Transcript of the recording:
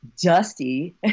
dusty